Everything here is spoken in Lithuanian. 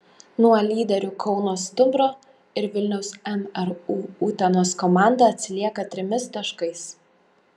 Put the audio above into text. nuo lyderių kauno stumbro ir vilniaus mru utenos komanda atsilieka trimis taškais